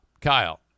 Kyle